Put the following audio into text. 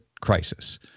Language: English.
crisis